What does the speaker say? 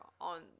on